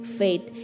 faith